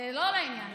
זה לא לעניין.